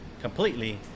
completely